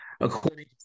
according